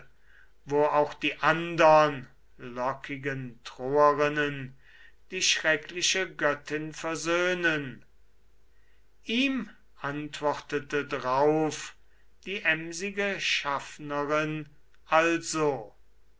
wo auch die andern ihm antwortete drauf die emsige schaffnerin also